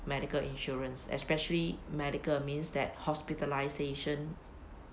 medical insurance especially medical means that hospitalisation